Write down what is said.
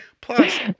plus